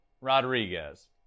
Rodriguez